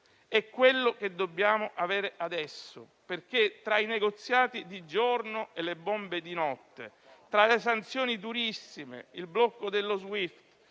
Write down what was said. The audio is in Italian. È questo ciò che dobbiamo avere adesso perché, tra i negoziati di giorno e le bombe di notte, tra le sanzioni durissime, il blocco dello Swift,